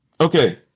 okay